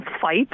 fight